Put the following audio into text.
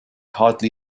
hardly